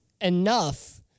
enough